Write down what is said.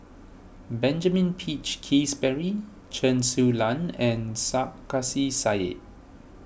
Benjamin Peach Keasberry Chen Su Lan and Sarkasi